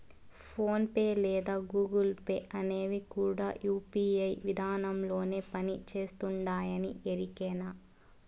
phone pay లేదా Google pay అనేవి కూడా యూ.పీ.ఐ విదానంలోనే పని చేస్తుండాయని ఎరికేనా